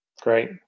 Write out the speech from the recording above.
Great